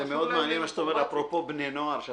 זה מאוד מעניין מה שאתה אומר, אפרופו בני נוער.